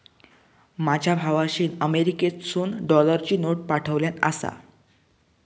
माझ्या भावाशीन अमेरिकेतसून डॉलरची नोट पाठवल्यान आसा